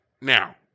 now